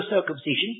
circumcision